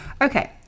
Okay